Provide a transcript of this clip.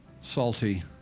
salty